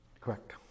Correct